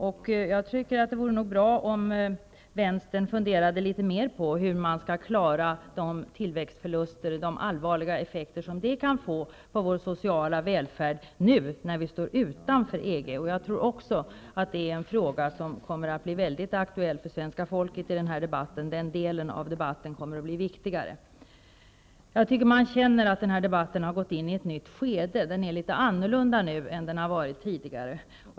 Jag tycker nog att det vore bra om vänstern funderade litet mer på hur man skall klara dessa tillväxtförluster och de allvarliga effekter som de nu, när vi står utanför EG, kan få på vår sociala välfärd. Jag tror också att detta är en fråga som kommer att bli mycket aktuell för svenska folket i EG-debatten. Den delen av debatten kommer att bli viktigare. Jag tycker att man känner att den här debatten har gått in i ett nytt skede. Den är nu litet annorlunda än vad den har varit tidigare.